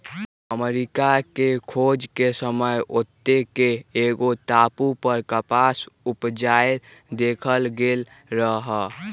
अमरिका के खोज के समय ओत्ते के एगो टापू पर कपास उपजायल देखल गेल रहै